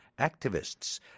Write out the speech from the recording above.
activists